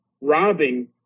robbing